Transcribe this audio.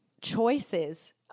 choices